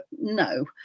No